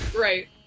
Right